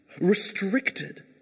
restricted